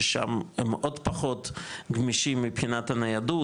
ששם הם עוד פחות גמישים מבחינת הניידות,